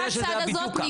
אני